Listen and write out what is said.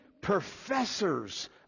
professors